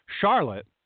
Charlotte